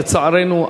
לצערנו,